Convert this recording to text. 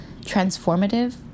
transformative